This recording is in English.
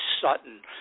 Sutton